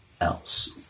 else